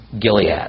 Gilead